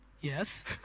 Yes